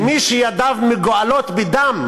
שמי שידיו מגואלות בדם,